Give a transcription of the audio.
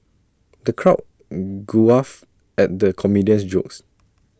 the crowd at the comedian's jokes